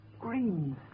Green